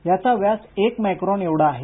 याचा व्यास हा एक मायक्रॉन एवढा आहे